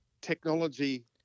technology